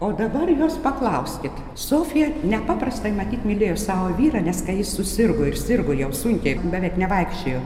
o dabar jūs paklauskit sofija nepaprastai matyt mylėjo savo vyrą nes kai jis susirgo ir sirgo jau sunkiai beveik nevaikščiojo